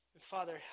Father